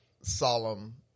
solemn